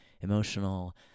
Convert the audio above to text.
emotional